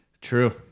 True